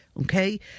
Okay